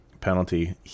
penalty